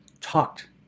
talked